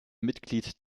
mitglied